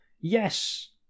Yes